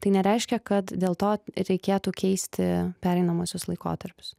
tai nereiškia kad dėl to reikėtų keisti pereinamuosius laikotarpius